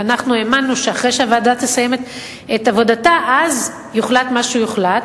ואנחנו האמנו שאחרי שהוועדה תסיים את עבודתה יוחלט מה שיוחלט,